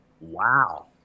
Wow